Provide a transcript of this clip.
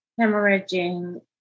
hemorrhaging